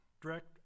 Direct